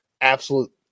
absolute